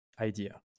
idea